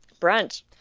brunch